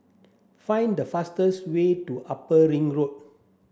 find the fastest way to Upper Ring Road